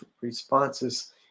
responses